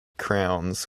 crowns